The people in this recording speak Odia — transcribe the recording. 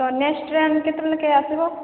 ତ ନେକ୍ସଟ୍ ଟ୍ରେନ୍ କେତେବେଲ୍ କେ ଆସିବ